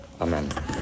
Amen